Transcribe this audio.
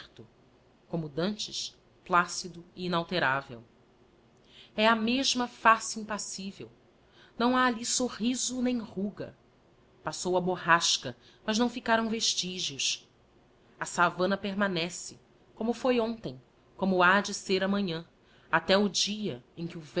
google omo dantes plácido e inalterável e a mesma face impassível nso ha alli sorriso nem ruga passou a borrasca mas nâo ficaram vestígios a savana permanece como foi hontem como ha de ser amanhã até o ia em que o